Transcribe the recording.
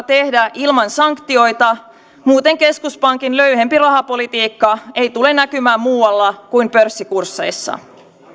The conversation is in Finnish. tehdä ilman sanktioita muuten keskuspankin löyhempi rahapolitiikka ei tule näkymään muualla kuin pörssikursseissa